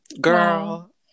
girl